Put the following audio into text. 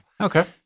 Okay